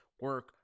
Work